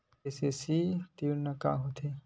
KCC ऋण का होथे?